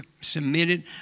submitted